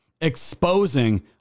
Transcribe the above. exposing